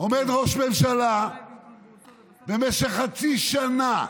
עומד ראש ממשלה במשך חצי שנה,